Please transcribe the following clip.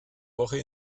woche